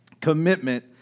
commitment